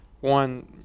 one